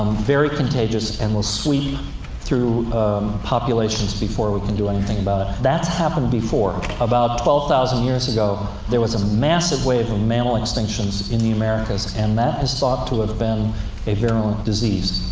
um very contagious, and will sweep through populations before we can do anything about it. that's happened before. about twelve thousand years ago, there was a massive wave of mammal extinctions in the americas, and that is thought to have been a virulent disease.